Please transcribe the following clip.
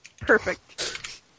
perfect